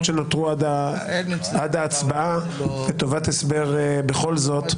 שנותרו עד ההצבעה לטובת הסבר בכל זאת,